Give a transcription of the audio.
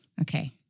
okay